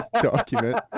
document